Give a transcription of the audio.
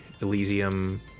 Elysium